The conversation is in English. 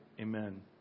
Amen